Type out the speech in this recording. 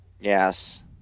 Yes